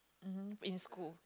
mmhmm in school